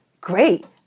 great